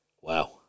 Wow